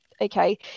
okay